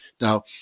Now